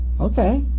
Okay